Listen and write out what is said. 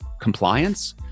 compliance